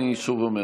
אני שוב אומר,